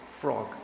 frog